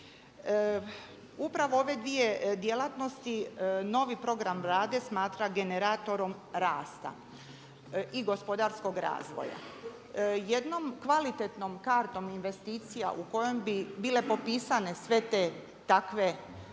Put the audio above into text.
Upravo ove dvije djelatnosti novi program Vlade smatra generatorom rasta i gospodarskog razvoja. Jednom kvalitetnom kartom investicija u kojem bi bile popisane sve te takve,